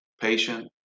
patient